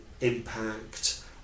impact